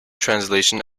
translation